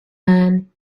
man